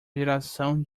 geração